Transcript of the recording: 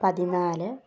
പതിനാല്